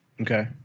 Okay